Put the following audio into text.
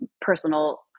personal